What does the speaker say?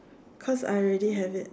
because I already have it